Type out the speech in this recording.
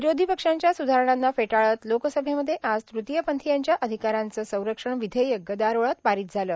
विरोधी पक्षांच्या सुधारणांना फेटाळत लोकसभेमध्ये आज तृतीयपंथीयांच्या अधिकारांचे संरक्षण विधेयक गदारोळात पारित झालं